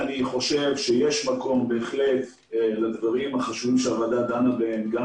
אני חושב שיש מקום בהחלט לדברים שהוועדה דנה בהם גם